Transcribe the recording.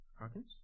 Hawkins